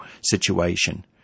situation